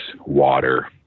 water